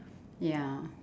ya